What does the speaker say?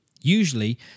Usually